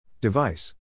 Device